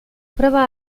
pruebas